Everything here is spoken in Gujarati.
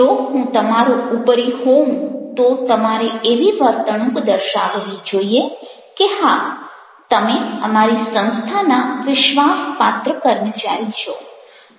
જો હું તમારો ઉપરી હોઉં તો તમારે એવી વર્તણૂક દર્શાવવી જોઇએ કે હા તમે અમારી સંસ્થાના વિશ્વાસપાત્ર કર્મચારી છો